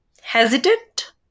hesitant